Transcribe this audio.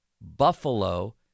Buffalo